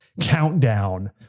countdown